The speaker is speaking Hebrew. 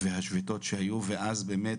והשביתות שהיו, אז באמת